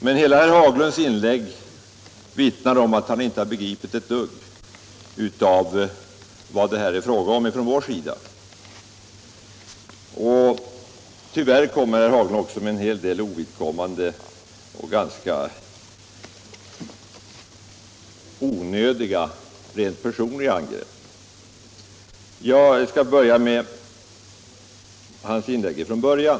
Men hela herr Haglunds inlägg vittnar om att herr Haglund inte har begripit ett dugg av vad det här är fråga om från vår sida, och tyvärr kommer herr Haglund också med en hel del ovidkommande och ganska onödiga, rent personliga angrepp. Jag skall ta herr Haglunds inlägg från början.